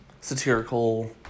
satirical